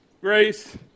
grace